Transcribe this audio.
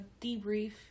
debrief